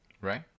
Right